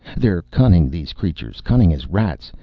they're cunning, these creatures. cunning as rats.